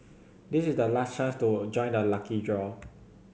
this is the last chance to join the lucky draw